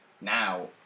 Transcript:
now